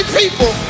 people